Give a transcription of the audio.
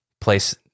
place